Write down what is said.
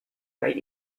kaj